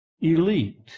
Elite